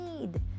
need